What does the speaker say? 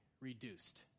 reduced